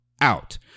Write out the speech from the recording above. out